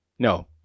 No